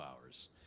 hours